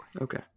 Okay